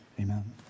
Amen